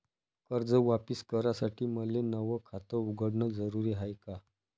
कर्ज वापिस करासाठी मले नव खात उघडन जरुरी हाय का?